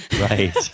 Right